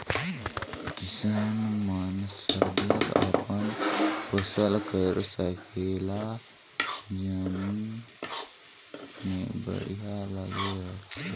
किसान मन सरलग अपन फसिल कर संकेला जतन में बड़िहा लगे रहथें